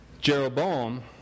Jeroboam